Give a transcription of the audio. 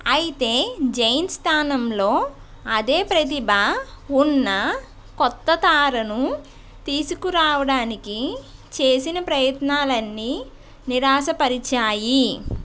అయితే జైన్ స్థానంలో అదే ప్రతిభ ఉన్న కొత్త తారను తీసుకురావడానికి చేసిన ప్రయత్నాలన్నీ నిరాశపరిచాయి